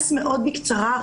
בקצרה.